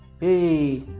Hey